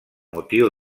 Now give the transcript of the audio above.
motiu